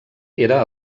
era